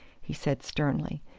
he said sternly.